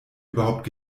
überhaupt